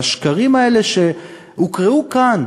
והשקרים האלה שהוקראו כאן,